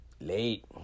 Late